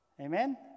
Amen